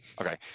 Okay